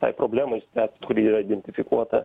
tai problemai išspręsti kuri yra identifikuota